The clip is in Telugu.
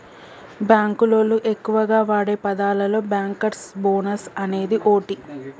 బాంకులోళ్లు ఎక్కువగా వాడే పదాలలో బ్యాంకర్స్ బోనస్ అనేది ఓటి